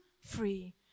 free